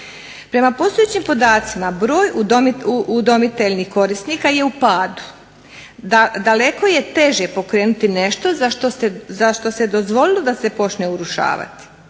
Prema postojećim podacima broj udomiteljnih korisnika je u padu. Daleko je teže pokrenuti nešto za što se dozvolilo da se počne urušavati?